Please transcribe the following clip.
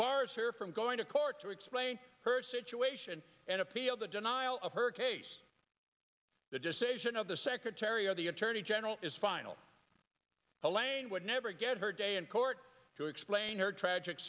bars her from going to court to explain her situation and appeal the denial of her case the decision of the secretary of the attorney general is final elaine would never get her day in court to explain her tragic